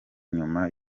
nyuma